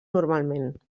normalment